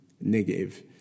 negative